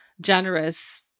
generous